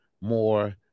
more